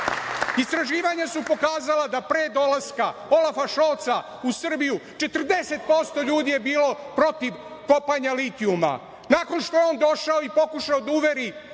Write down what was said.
rudariti“.Istraživanja su pokazala da pre dolaska Olafa Šolca u Srbiju, 40% je bilo protiv kopanja litijuma, nakon što je on došao i pokušao da uveri